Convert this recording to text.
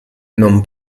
non